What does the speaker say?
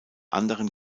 anderen